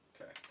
Okay